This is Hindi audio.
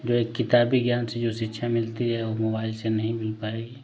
जो एक किताबी ज्ञान से जो शिक्षा मिलती है वो मोबाइल से नहीं मिल पाएगी